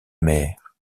mer